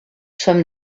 sommes